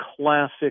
classic